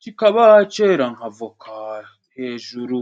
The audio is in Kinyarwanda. kikaba cyera nka voka hejuru.